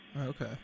Okay